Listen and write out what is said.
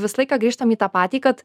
visą laiką grįžtam į tą patį kad